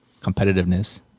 competitiveness